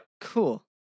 Cool